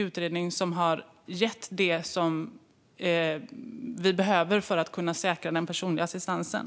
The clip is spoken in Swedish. Utredningen gav inte det vi behöver för att säkra den personliga assistansen.